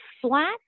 flat